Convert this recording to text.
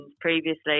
previously